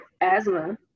asthma